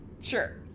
sure